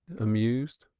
amused.